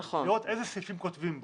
לראות איזה סעיפים כותבים בו.